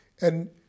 and